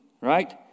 right